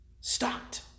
stopped